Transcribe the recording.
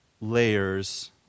layers